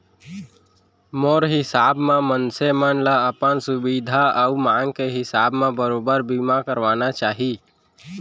मोर हिसाब म मनसे मन ल अपन सुभीता अउ मांग के हिसाब म बरोबर बीमा करवाना चाही